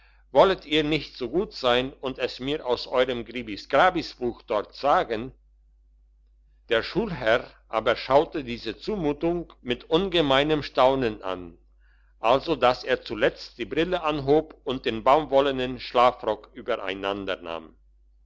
wollet ihr nicht so gut sein und es mir aus euerm gribis grabis buch dort sagen der schulherr aber schaute diese zumutung mit ungemeinem staunen an also dass er zuletzt die brille abhob und den baumwollenen schlafrock